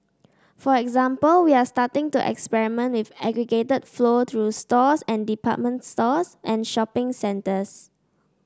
for example we're starting to experiment with aggregated flow through stores and department stores and shopping centres